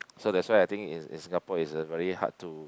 so that's why I think in in Singapore it's a very hard to